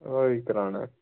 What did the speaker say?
ਉਹ ਵੀ ਕਰਾਉਣਾ